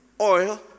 oil